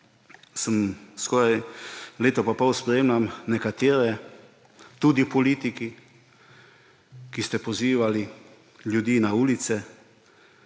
skoraj leto in pol spremljam nekatere, tudi politike, ki ste pozivali ljudi na ulice,